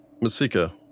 Masika